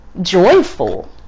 joyful